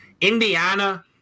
Indiana